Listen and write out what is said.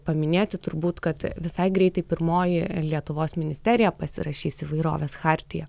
paminėti turbūt kad visai greitai pirmoji lietuvos ministerija pasirašys įvairovės chartiją